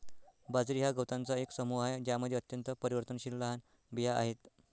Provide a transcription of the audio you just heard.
बाजरी हा गवतांचा एक समूह आहे ज्यामध्ये अत्यंत परिवर्तनशील लहान बिया आहेत